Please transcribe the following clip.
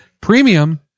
premium